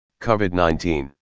COVID-19